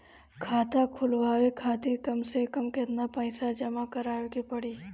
खाता खुलवाये खातिर कम से कम केतना पईसा जमा काराये के पड़ी?